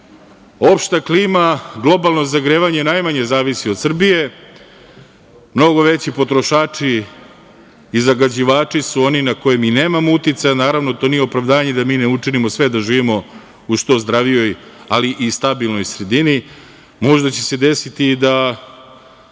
Opšta klima, globalno zagrevanje, najmanje zavisi od Srbije. Mnogo veći potrošači i zagađivači su oni na koje mi nemamo uticaja. Naravno, to nije opravdanje da mi ne učinimo sve da živimo u što zdravijoj ali i stabilnoj sredini. Možda će se desiti i da,